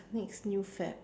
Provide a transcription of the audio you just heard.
next new fad